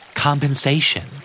Compensation